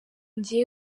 njye